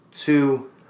two